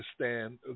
understand